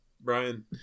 Brian